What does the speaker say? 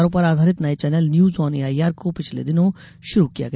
समाचारों पर आधारित नए चैनल न्यूज ऑन एआईआर को पिछले दिनों शुरू किया गया